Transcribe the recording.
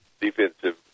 defensive